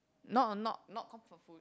not not not comfort food